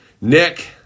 Nick